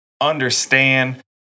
understand